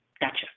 gotcha